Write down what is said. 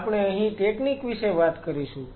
આપણે અહી ટેકનીક વિશે વાત કરીશું